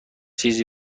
چیزی